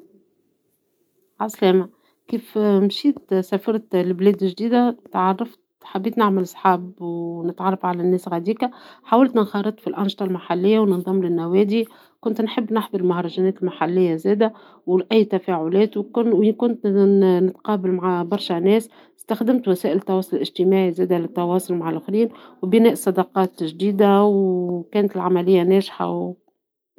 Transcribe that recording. كي انتقلت لبلد جديد، حاولت نشارك في الأنشطة المحلية. مشيت للمهرجانات والأسواق، وديما نتحاور مع الناس. أحيانا نروح للقهاوي ونتعرف على الشباب اللي عندهم نفس الاهتمامات. حبينا نخرج ونكتشف المدينة مع بعض، وبهذا الشكل تكونت صداقات جديدة. التواصل والإيجابية كانوا المفتاح في كل حاجة.